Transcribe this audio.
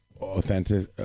authentic